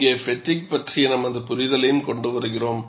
இங்கே ஃப்பெட்டிக் பற்றிய நமது புரிதலையும் கொண்டு வருகிறோம்